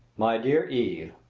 my dear eve,